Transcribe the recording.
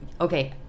okay